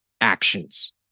actions